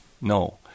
No